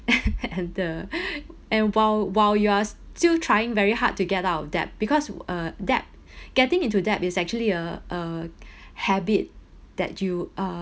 and the and while while you are still trying very hard to get out of debt because uh debt getting into debt is actually a a habit that you uh~